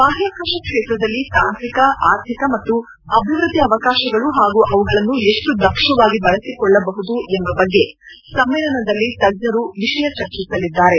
ಬಾಹ್ಡಾಕಾಶ ಕ್ಷೇತ್ರದಲ್ಲಿ ತಾಂತ್ರಿಕ ಆರ್ಥಿಕ ಮತ್ತು ಅಭಿವೃದ್ದಿ ಅವಕಾಶಗಳು ಹಾಗೂ ಅವುಗಳನ್ನು ಎಷ್ಟು ದಕ್ಷವಾಗಿ ಬಳಸಿಕೊಳ್ಳಬಹುದು ಎಂಬ ಬಗ್ಗೆ ಸಮ್ಮೇಳನದಲ್ಲಿ ತಜ್ಞರು ವಿಷಯ ಚರ್ಚಿಸಲಿದ್ದಾರೆ